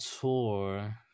Tour